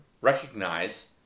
recognize